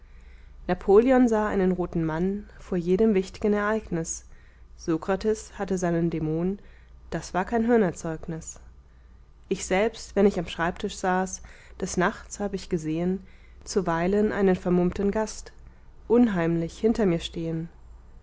napoleon sah einen roten mann vor jedem wicht'gen ereignis sokrates hatte seinen dämon das war kein hirnerzeugnis ich selbst wenn ich am schreibtisch saß des nachts hab ich gesehen zuweilen einen vermummten gast unheimlich hinter mir stehen